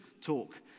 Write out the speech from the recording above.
talk